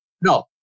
No